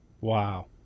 Wow